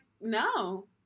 no